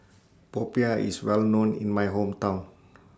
Popiah IS Well known in My Hometown